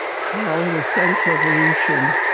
how the french revolution